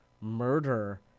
murder